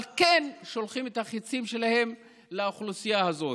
אבל הם כן שולחים את החיצים שלהם אל האוכלוסייה הזאת.